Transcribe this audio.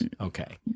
Okay